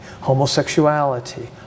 homosexuality